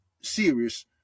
serious